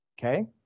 okay